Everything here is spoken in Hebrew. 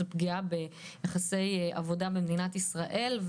זה פגיעה ביחסי עבודה במדינת ישראל.